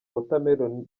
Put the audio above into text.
watermelon